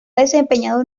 desempeñado